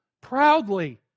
proudly